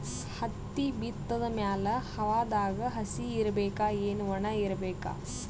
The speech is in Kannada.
ಹತ್ತಿ ಬಿತ್ತದ ಮ್ಯಾಲ ಹವಾದಾಗ ಹಸಿ ಇರಬೇಕಾ, ಏನ್ ಒಣಇರಬೇಕ?